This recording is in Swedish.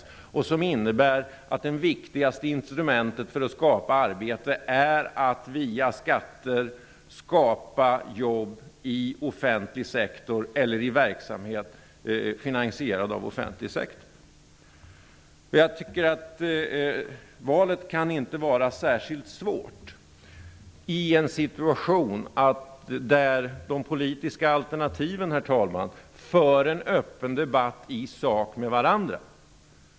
Det alternativet innebär att det viktigaste instrumentet för att skapa arbete är att via skatter skapa jobb i offentlig sektor eller i verksamhet finansierad av offentlig sektor. Valet kan inte vara särskilt svårt i en situation där de politiska alternativen för en öppen debatt i sak med varandra.